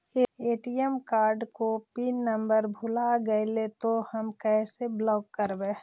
ATM card को PIN number भुला गैले तौ हम कैसे ब्लॉक करवै?